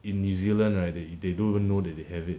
in new zealand right they they don't even know that they have it